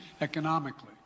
economically